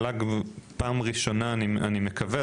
אני מקווה,